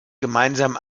gemeinsam